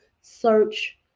search